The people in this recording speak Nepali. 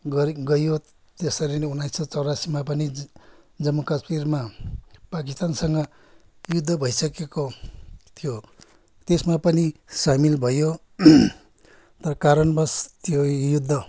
गरी गइयो त्यसरी नै उन्नाइस सौ चौरासीमा पनि जम्मू कश्मीरमा पाकिस्तानसँग युद्ध भइसकेको थियो त्यसमा पनि सामेल भइयो तर कारणबस त्यो युद्ध